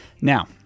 Now